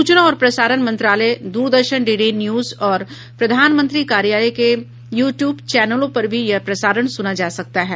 सूचना और प्रसारण मंत्रालय दूरदर्शन डी डी न्यूज और प्रधानमंत्री कार्यालय के यू ट्यूब चैनलों पर भी यह प्रसारण सुना जा सकता है